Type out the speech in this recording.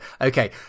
okay